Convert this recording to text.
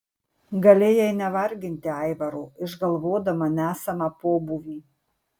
galėjai nevarginti aivaro išgalvodama nesamą pobūvį